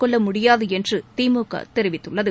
கொள்ள முடியாது என்று திமுக தெரிவித்துள்ளது